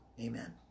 Amen